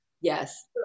Yes